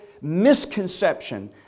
misconception